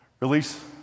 Release